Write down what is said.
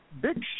big